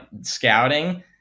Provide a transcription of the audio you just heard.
scouting